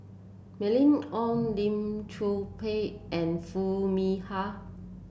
Mylene Ong Lim Chor Pee and Foo Mee Har